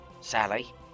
Sally